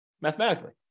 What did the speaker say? mathematically